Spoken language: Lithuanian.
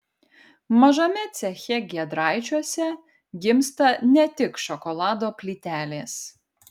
mažame ceche giedraičiuose gimsta ne tik šokolado plytelės